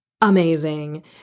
amazing